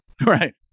Right